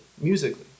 musically